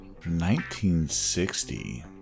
1960